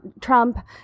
Trump